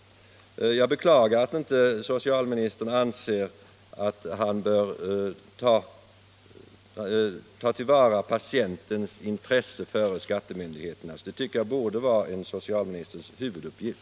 Jag beklagar att socialministern inte anser att han bör ta till vara patientens intresse före skattemyndigheternas. Det tycker jag borde vara socialministerns huvuduppgift.